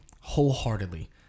wholeheartedly